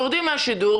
יורדים מן השידור,